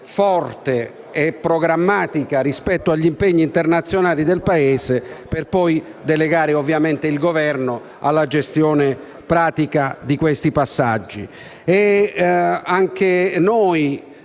forte e programmatica rispetto agli impegni internazionali del Paese per poi delegare il Governo alla gestione pratica di questi passaggi.